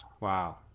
Wow